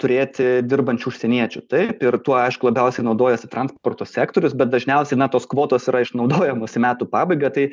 turėti dirbančių užsieniečių taip ir tuo aišku labiausiai naudojasi transporto sektorius bet dažniausiai na tos kvotos yra išnaudojamos į metų pabaigą tai